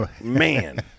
Man